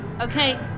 Okay